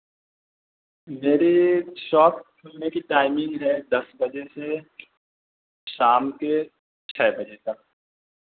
میری شاپ کھلنے کی ٹائمنگ ہے دس بجے سے شام کے چھ بجے تک